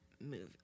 movie